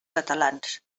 catalans